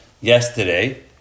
yesterday